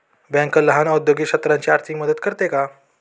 Bank लहान औद्योगिक क्षेत्राची आर्थिक मदत करते का?